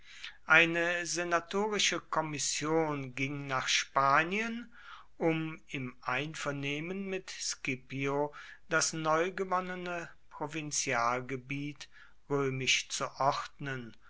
eine senatorische kommission ging nach spanien um im einvernehmen mit scipio das neugewonnene provinzialgebiet römisch zu ordnen